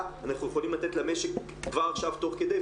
אנחנו יכולים לתת למשק כבר עכשיו תוך כדי,